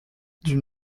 d’une